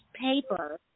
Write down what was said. paper